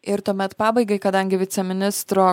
ir tuomet pabaigai kadangi viceministro